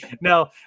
No